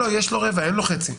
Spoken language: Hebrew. יש לו רבע, אין לו חצי.